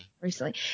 Recently